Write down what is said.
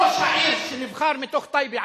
ראש העיר שנבחר מתוך טייבה,